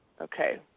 Okay